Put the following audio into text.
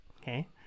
okay